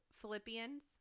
Philippians